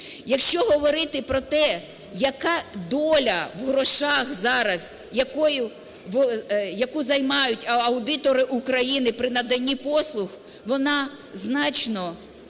Якщо говорити про те, яка для в грошах зараз, яку займають аудитори України при наданні послуг, вона значно